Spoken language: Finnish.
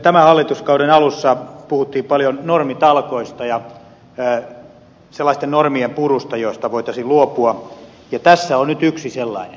tämän hallituskauden alussa puhuttiin paljon normitalkoista ja sellaisten normien purusta joista voitaisiin luopua ja tässä on nyt yksi sellainen